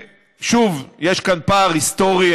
שוב, יש כאן פער היסטורי.